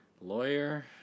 Lawyer